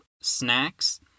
snacks